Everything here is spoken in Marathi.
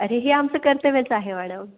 अरे हे आमचं कर्तव्यच आहे मॅडम